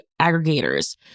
aggregators